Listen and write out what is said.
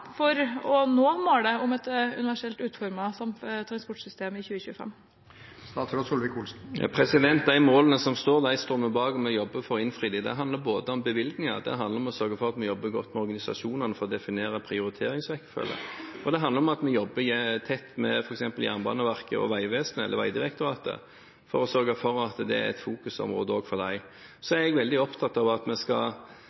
for å nå målet om et universelt utformet transportsystem i 2025? De målene som er satt, står vi bak, og vi jobber for å innfri dem. Det handler om bevilgninger, det handler om å sørge for at vi jobber godt med organisasjonene for å definere prioriteringsrekkefølgen, og det handler om å jobbe tett med f.eks. Jernbaneverket og Vegdirektoratet for å sørge for at det er et fokusområde også for